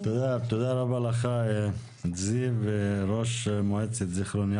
תודה רבה לך זיו, ראש מועצת זכרון יעקב.